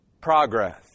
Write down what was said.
Progress